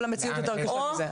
המציאות היא יותר קשה מזה.